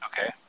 Okay